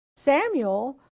Samuel